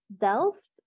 Delft